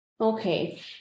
Okay